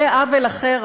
זה עוול אחר,